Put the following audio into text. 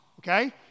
Okay